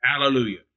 Hallelujah